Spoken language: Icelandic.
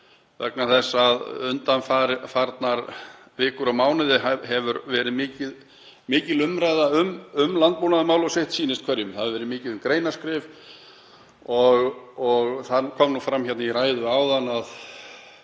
vegna þess að undanfarnar vikur og mánuði hefur verið mikil umræða um landbúnaðarmál og sitt sýnist hverjum. Það hefur verið mikið um greinaskrif og það kom fram í ræðu áðan að